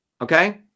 okay